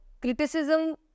criticism